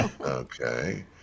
Okay